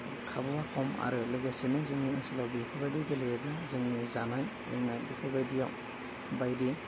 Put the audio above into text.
खाबुआ खम आरो लोगोसेनो जोंनि ओनसोलाव बिफोरबादि गेलेयोबा जोंनि जानाय लोंनाय बेफोरबायदियाव बायदि